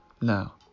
Now